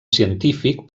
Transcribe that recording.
científic